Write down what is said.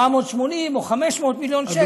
480 או 500 מיליון שקל,